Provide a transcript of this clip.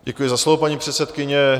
Děkuji za slovo, paní předsedkyně.